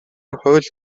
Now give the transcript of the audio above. хууль